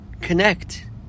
connect